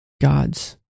God's